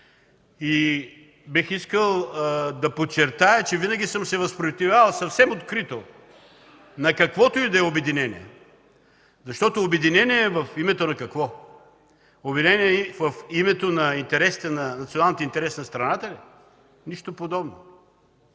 Бих искал да подчертая, че винаги съм се възпротивявал съвсем открито на каквото и да е обединение. Защото, обединение в името на какво?! Обединение в името на националните интереси на страната ли? Нищо подобно.